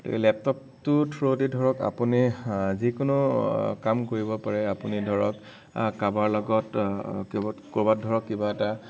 গতিকে লেপটপটো থ্ৰয়েদি ধৰক আপুনি যিকোনো কাম কৰিব পাৰে আপুনি ধৰক কৰোবাৰ লগত ক'ৰবাত ধৰক কিবা এটা